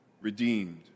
Redeemed